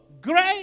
great